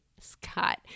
Scott